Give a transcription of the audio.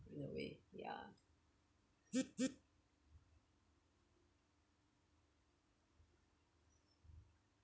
in a way ya